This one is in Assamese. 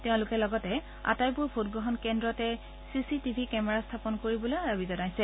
তেওঁলোকে লগতে আটাইবোৰ ভোটগ্ৰহণ কেন্দ্ৰতে চিচিটিভি কেমেৰা স্থাপন কৰিবলৈকো দাবী জনাইছে